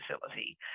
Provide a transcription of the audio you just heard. facility